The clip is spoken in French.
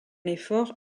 effort